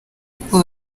kuko